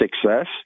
success